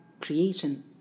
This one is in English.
creation